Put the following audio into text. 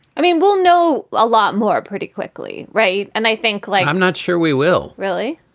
i mean, we'll know a lot more pretty quickly. right and i think like i'm not sure we will really.